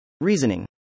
Reasoning